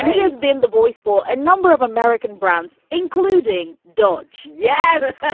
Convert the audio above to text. he has been the voice for a number of american brands, including dodge yes.